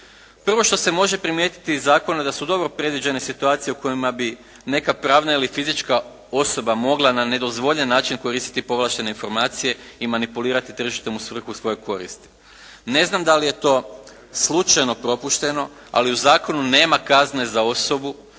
Prvo što se može primijetiti iz zakona da su dobro predviđene situacije u kojima bi neka pravna ili fizička osoba mogla na nedozvoljen način koristiti povlaštene informacije i manipulirati tržištem u svrhu iz koje koristi. Ne znam da li je to slučajno propušteno, ali u zakonu nema kazne za osobu